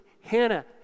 Hannah